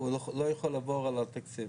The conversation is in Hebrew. הוא לא יכול לעבור על התקציב.